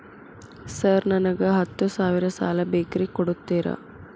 Sir ನನಗ ಹತ್ತು ಸಾವಿರ ಸಾಲ ಬೇಕ್ರಿ ಕೊಡುತ್ತೇರಾ?